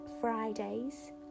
Fridays